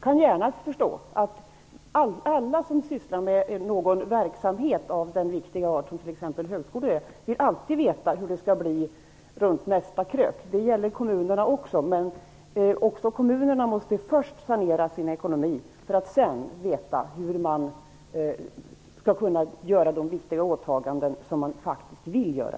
Jag kan förstå att alla som sysslar med någon verksamhet av den viktiga art som exempelvis högskolan är alltid vill veta hur det skall bli runt nästa krök. Det gäller kommunerna också. Men även kommunerna måste sanera sin ekonomi. Sedan kan man veta hur man skall göra de viktiga åtaganden som man faktiskt vill göra.